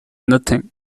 nothing